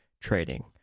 trading